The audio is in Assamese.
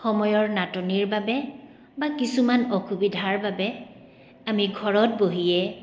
সময়ৰ নাটনিৰ বাবে বা কিছুমান অসুবিধাৰ বাবে আমি ঘৰত বহিয়ে